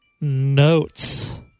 notes